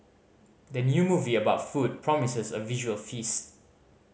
the new movie about food promises a visual feast